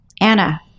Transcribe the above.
Anna